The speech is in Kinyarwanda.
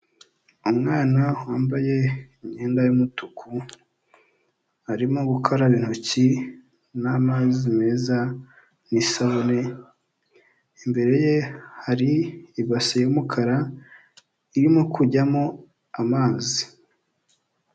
Umwana wambaye imyenda y'umutuku, arimo gukaraba intoki n'amazi meza n'isabune imbere ye hari ibase y'umukara irimo kujyamo amazi.